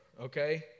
okay